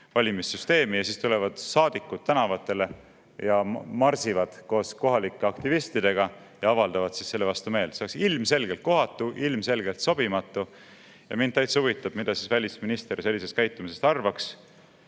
valimissüsteemi. Ja siis tulevad saadikud tänavatele ja marsivad koos kohalike aktivistidega ja avaldavad selle vastu meelt. See oleks ilmselgelt kohatu, ilmselgelt sobimatu. Mind täitsa huvitab, mida välisminister sellisest käitumisest arvab,